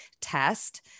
test